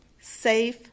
safe